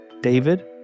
David